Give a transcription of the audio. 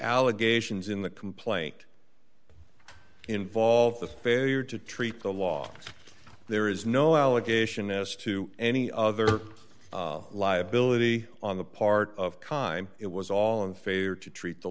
allegations in the complaint involves the failure to treat the law there is no allegation as to any other liability on the part of kind it was all in favor to treat the